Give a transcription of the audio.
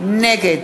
נגד